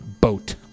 boat